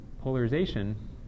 polarization